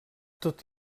tot